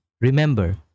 Remember